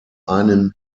einen